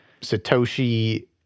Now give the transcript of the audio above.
Satoshi